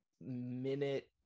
minute